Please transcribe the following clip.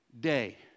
day